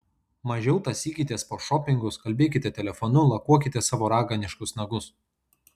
mažiau tąsykitės po šopingus kalbėkite telefonu lakuokite savo raganiškus nagus